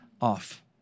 off